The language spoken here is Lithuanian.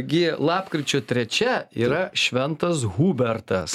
gi lapkričio trečia yra šventas hubertas